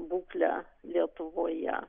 būklę lietuvoje